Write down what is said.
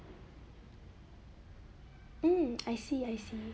um I see I see